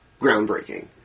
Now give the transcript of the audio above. groundbreaking